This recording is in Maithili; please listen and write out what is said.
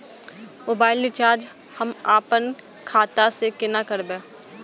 मोबाइल रिचार्ज हम आपन खाता से कोना करबै?